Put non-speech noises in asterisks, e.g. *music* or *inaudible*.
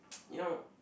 *noise* you know